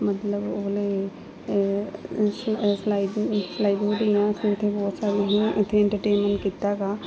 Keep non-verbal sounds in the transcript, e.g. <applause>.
ਮਤਲਬ ਉਹ ਵਾਲੇ ਉਸ ਸਿਲਾਈ <unintelligible> ਇੱਥੇ ਇੰਟਰਟੇਨਮੈਂਟ ਕੀਤਾ ਹੈਗਾ